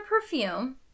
perfume